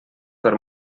per